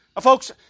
Folks